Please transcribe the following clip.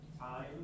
time